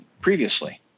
previously